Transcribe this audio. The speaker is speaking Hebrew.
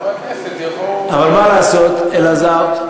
אלא חברי הכנסת יבואו, אבל מה לעשות, אלעזר?